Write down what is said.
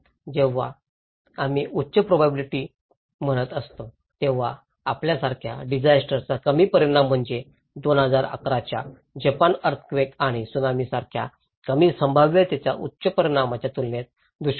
जेव्हा आम्ही उच्च प्रोबॅबिलिटी म्हणत असतो तेव्हा आपल्यासारख्या डिजास्टर चा कमी परिणाम म्हणजे 2011 च्या जपान अर्थक्वेक आणि त्सुनामीसारख्या कमी संभाव्यतेच्या उच्च परिणामाच्या तुलनेत दुष्काळ